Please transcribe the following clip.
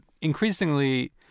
increasingly